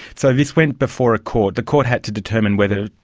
so this went before a court. the court had to determine whether,